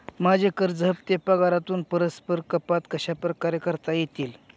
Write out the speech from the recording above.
माझे कर्ज हफ्ते पगारातून परस्पर कपात कशाप्रकारे करता येतील?